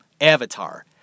Avatar